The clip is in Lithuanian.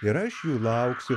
ir aš jų lauksiu